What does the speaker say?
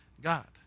God